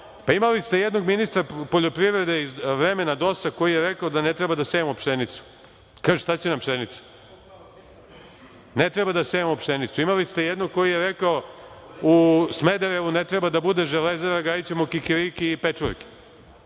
Imali ste jednog ministra poljoprivrede iz vremena DOS koji je rekao da ne treba da sejemo pšenicu. Kaže – šta će nam pšenica? Ne treba da sejemo pšenicu. Imali ste jednog koji je rekao – u Smederevu ne treba da bude Železara, gajićemo kikiriki i pečurke.